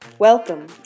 Welcome